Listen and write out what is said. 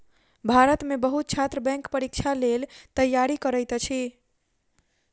भारत में बहुत छात्र बैंक परीक्षा के लेल तैयारी करैत अछि